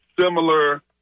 similar